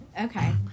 okay